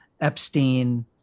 Epstein